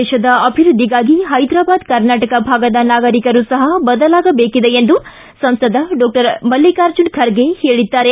ದೇಶದ ಅಭಿವೃದ್ಧಿಗಾಗಿ ಹೈದರಾಬಾದ ಕರ್ನಾಟಕ ಭಾಗದ ನಾಗರಿಕರೂ ಸಹ ಬದಲಾಗಬೇಕಾಗಿದೆ ಎಂದು ಸಂಸದ ಡಾಕ್ಟರ್ ಮಲ್ಲಿಕಾರ್ಜುನ ಖರ್ಗೆ ಹೇಳಿದ್ದಾರೆ